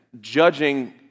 judging